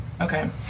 Okay